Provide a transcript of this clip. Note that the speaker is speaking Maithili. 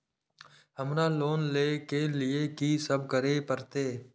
हमरा लोन ले के लिए की सब करे परते?